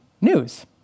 news